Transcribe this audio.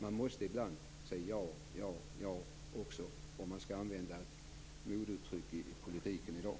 Man måste ibland säga ja, ja, ja också, om man skall använda ett modeuttryck i politiken i dag.